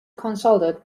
consultant